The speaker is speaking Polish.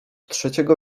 trzeciego